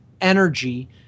energy